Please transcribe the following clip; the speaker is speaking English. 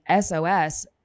SOS